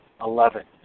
Eleven